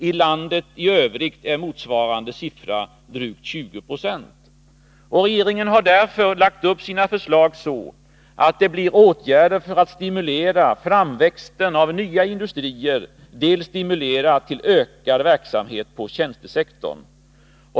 I landet i övrigt är motsvarande siffra drygt 20 90. Regeringen har därför lagt upp sina förslag så att det blir åtgärder för att dels stimulera framväxten av nya industrier, dels stimulera till ökad verksamhet på tjänstesektorn.